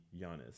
Giannis